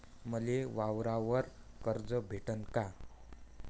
मले वावरावर कर्ज भेटन का?